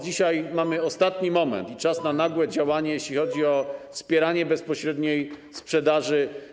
Dzisiaj mamy ostatni moment i czas na nagłe działanie, jeśli chodzi o wspieranie bezpośredniej sprzedaży.